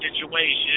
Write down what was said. situation